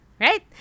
Right